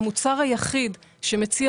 והמוצר היחיד בשוק שמציע,